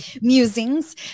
musings